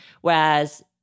Whereas